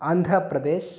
Andhra Pradesh